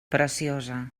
preciosa